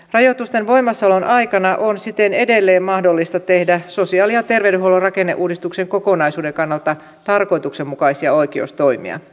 rajoitusten voimassaolon aikana on siten edelleen mahdollista tehdä sosiaali ja terveydenhuollon rakenneuudistuksen kokonaisuuden kannalta tarkoituksenmukaisia oikeustoimia